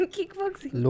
Kickboxing